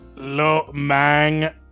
Lomang